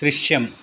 ദൃശ്യം